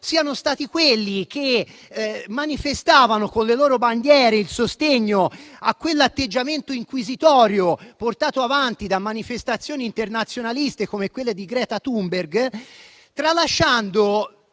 siano stati quelli che manifestavano con le loro bandiere il sostegno all'atteggiamento inquisitorio portato avanti da manifestazioni internazionaliste come quella di Greta Thunberg, tralasciando